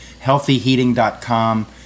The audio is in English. healthyheating.com